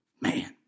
man